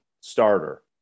starter